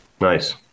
nice